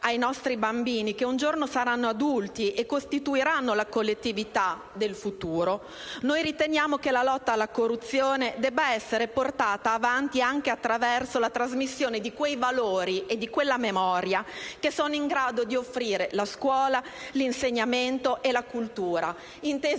ai nostri bambini, che un giorno saranno adulti e costituiranno la collettività del futuro, riteniamo che la lotta alla corruzione debba essere portata avanti anche attraverso la trasmissione di quei valori e di quella memoria che sono in grado di offrire la scuola, l'insegnamento e la cultura, intesi